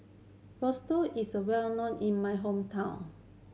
Risotto is well known in my hometown